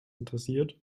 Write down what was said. interessiert